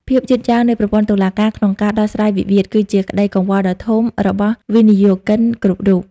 ភាពយឺតយ៉ាវនៃប្រព័ន្ធតុលាការក្នុងការដោះស្រាយវិវាទ គឺជាក្តីកង្វល់ដ៏ធំរបស់វិនិយោគិនគ្រប់រូប។